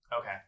Okay